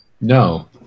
No